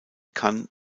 kann